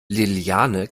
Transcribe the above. liliane